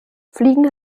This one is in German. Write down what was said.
fliegen